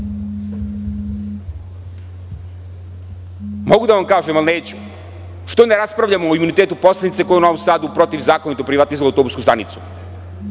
da vam kažem, ali neću – što ne raspravljamo o imunitetu poslanice koja je u Novom Sadu protivzakonito privatizovala autobusku stanicu.